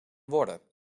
worden